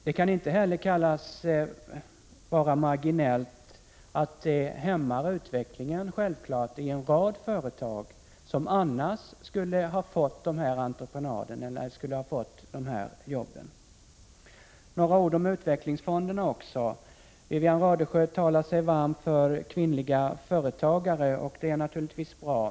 Det kan inte heller sägas vara marginellt att det självklart hämmar utvecklingen i en rad företag som annars skulle ha fått de här jobben. Några ord om utvecklingsfonderna också. Wivi-Anne Radesjö talar sig varm för kvinnliga företagare. Det är naturligtvis bra.